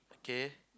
okay